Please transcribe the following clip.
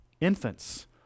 infants